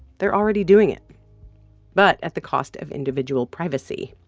they're already doing it but at the cost of individual privacy.